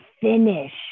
finish